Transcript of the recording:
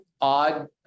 odd